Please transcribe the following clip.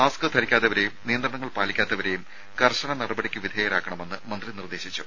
mask ധരിക്കാത്തവരെയും നിയന്ത്രണങ്ങൾ പാലിക്കാത്തവരെയും കർശന നടപടിക്ക് വിധേയരാക്കണമെന്ന് മന്ത്രി നിർദ്ദേശിച്ചു